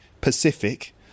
Pacific